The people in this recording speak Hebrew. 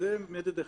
זה מדד אחד.